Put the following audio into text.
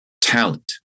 talent